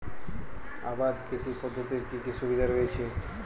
আবাদ কৃষি পদ্ধতির কি কি সুবিধা রয়েছে?